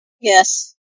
Yes